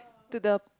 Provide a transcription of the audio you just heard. to the